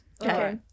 Okay